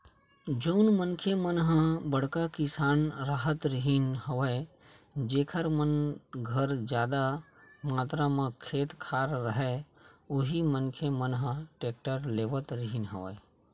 जउन मनखे मन ह बड़का किसान राहत रिहिन हवय जेखर मन घर जादा मातरा म खेत खार राहय उही मनखे मन ह टेक्टर लेवत रिहिन हवय